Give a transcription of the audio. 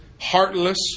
heartless